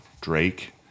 Drake